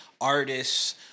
artists